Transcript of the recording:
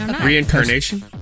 Reincarnation